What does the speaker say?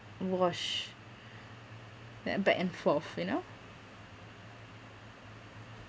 wash like back and forth you know